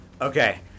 Okay